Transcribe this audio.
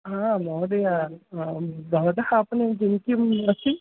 हा महोदय भवतः आपणः किं किम् अस्ति